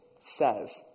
says